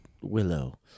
Willow